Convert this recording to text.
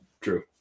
True